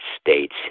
States